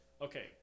okay